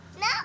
No